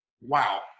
wow